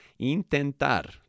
intentar